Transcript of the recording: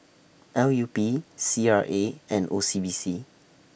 L U P C R A and O C B C